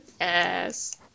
Yes